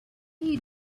you